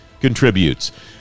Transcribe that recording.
contributes